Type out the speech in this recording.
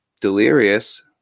delirious